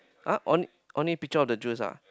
uh only picture on the juice ah